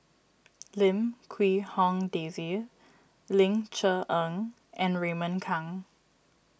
Lim Quee Hong Daisy Ling Cher Eng and Raymond Kang